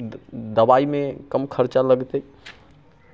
दबाइमे कम खर्चा लगतै